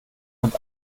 und